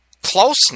closeness